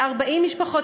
ב-40 משפחות.